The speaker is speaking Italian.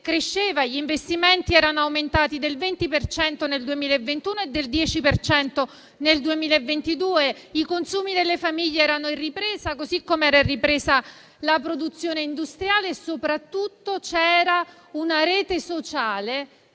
gli investimenti erano aumentati del 20 per cento nel 2021 e del 10 per cento nel 2022, i consumi delle famiglie erano in ripresa, così com'era in ripresa la produzione industriale e, soprattutto, c'era una rete sociale